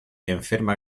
enferma